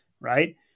right